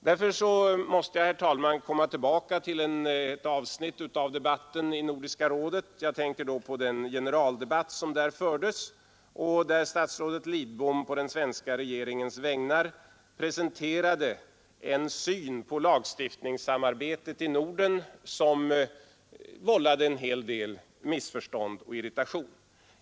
Därför måste jag, herr talman, komma tillbaka till ett avsnitt av debatten i Nordiska rådet — jag tänker då på den generaldebatt som där fördes och där statsrådet Lidbom på den svenska regeringens vägnar presenterade en syn på lagstiftningssamarbetet i Norden som vållade en hel del missförstånd och irritation.